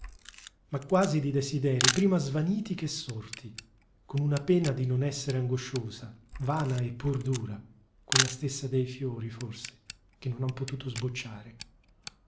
ma quasi di desiderii prima svaniti che sorti con una pena di non essere angosciosa vana e pur dura quella stessa dei fiori forse che non han potuto sbocciare